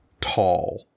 tall